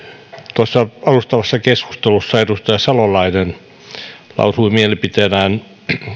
tuossa alustavassa keskustelussa edustaja salolainen lausui mielipiteenään